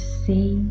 see